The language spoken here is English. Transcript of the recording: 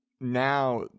now